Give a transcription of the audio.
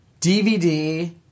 DVD